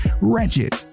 wretched